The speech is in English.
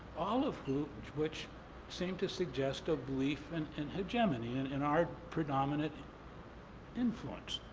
all of which which seem to suggest a belief and in hegemony, and in our predominant influence.